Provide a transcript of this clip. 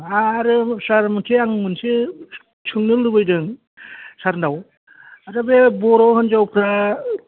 आरो सार मोनसे आं मोनसे सोंनो लुबैदों सारनाव आदसा बे बर' हिन्जावफ्रा